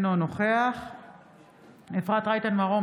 אינו נוכח אפרת רייטן מרום,